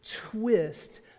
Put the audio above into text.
twist